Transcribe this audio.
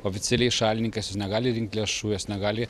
oficialiai šalininkas jis negali rinkt lėšų jis negali